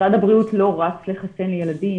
משרד הבריאות לא רץ לחסן ילדים.